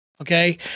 okay